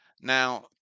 Now